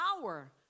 power